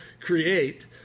create